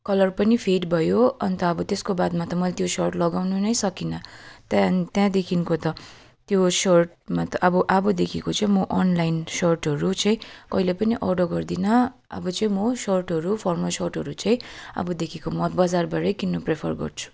colour पनि fade भयो अन्त अब त्यसको बादमा त मैले त्यो सर्ट लगाउनु नै सकिनँ त्यहाँदेखिन् त्याँदेखिनको त त्यो सर्टमा त अब अबदेखिको चाहिँ म अनलाइन सर्टहरू चाहिँ कहिले पनि अर्डर गर्दिनँ अब चाहिँ म सर्टहरू फर्मल सर्टहरू चाहिँ अबदेखिको म बजारबाटै किन्नु प्रिफर गर्छु